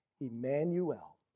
Emmanuel